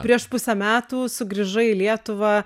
prieš pusę metų sugrįžai į lietuvą